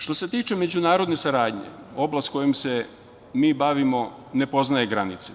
Što se tiče međunarodne saradnje, oblast kojom se mi bavimo ne poznaje granice.